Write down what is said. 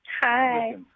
Hi